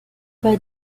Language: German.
bei